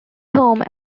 home